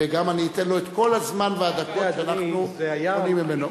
וגם אני אתן לו את כל הזמן והדקות שאנחנו לוקחים ממנו.